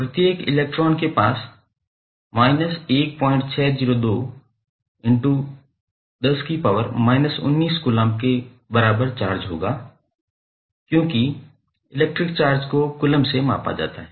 प्रत्येक इलेक्ट्रॉन के पास कूलम्ब के बराबर चार्ज होगा क्योंकि इलेक्ट्रिक चार्ज को कूलम्ब से मापा जाता है